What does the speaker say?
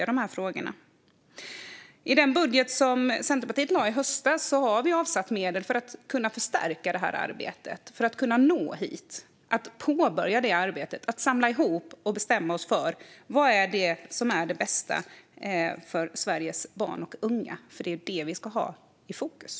I det budgetförslag som Centerpartiet lade fram i höstas har vi avsatt medel för att förstärka arbetet och att påbörja arbetet att samla ihop och bestämma oss för vad som är det bästa för Sveriges barn och unga. Det är det vi ska ha i fokus.